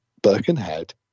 Birkenhead